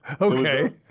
Okay